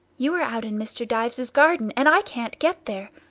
you are out in mr. dyves's garden, and i can't get there.